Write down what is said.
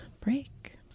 break